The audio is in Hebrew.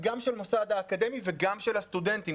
גם של המוסד האקדמי וגם של הסטודנטים,